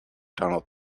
donald